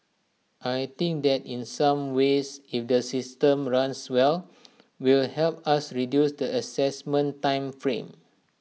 I think that in some ways if the system runs well will help us reduce the Assessment time frame